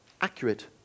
accurate